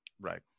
Right